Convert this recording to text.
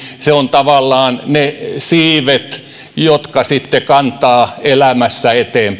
tavallaan ne siivet jotka sitten kantavat elämässä